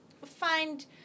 find